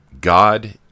God